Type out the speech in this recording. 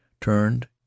turned